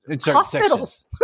hospitals